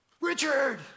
Richard